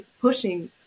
pushing